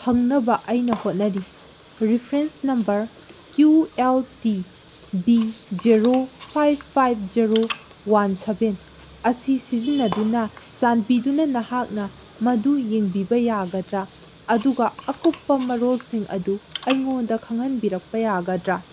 ꯍꯪꯅꯕ ꯑꯩꯅ ꯍꯣꯠꯅꯔꯤ reference number Q L T B zero five five zero one seven ꯑꯁꯤ ꯁꯤꯖꯤꯟꯅꯗꯨꯅ ꯆꯥꯟꯕꯤꯗꯨꯅ ꯅꯍꯥꯛꯅ ꯃꯗꯨ ꯌꯦꯡꯕꯤꯕ ꯌꯥꯒꯗ꯭ꯔꯥ ꯑꯗꯨꯒ ꯑꯀꯨꯞꯄ ꯃꯔꯣꯜꯁꯤꯡ ꯑꯗꯨ ꯑꯩꯉꯣꯟꯗ ꯈꯪꯍꯟꯕꯤꯔꯛꯄ ꯌꯥꯒꯗ꯭ꯔꯥ